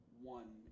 one